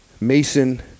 mason